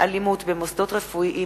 אלימות במוסדות רפואיים,